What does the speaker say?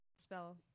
spell